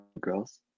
girls